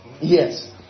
Yes